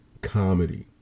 comedy